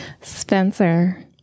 Spencer